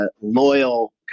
loyal